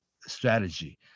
strategy